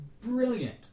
brilliant